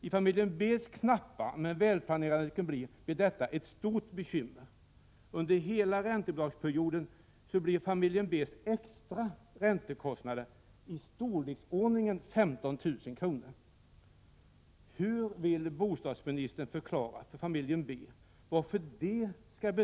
I familjen B:s knappa men välplanerade ekonomi blir detta ett stort bekymmer. Under hela räntebidragsperioden blir familjen B:s extra räntekostnad i storleksordningen 15 000 kr. utbetalat fel dag.